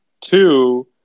Two